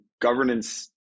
governance